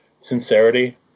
sincerity